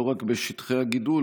לא רק בשטחי הגידול,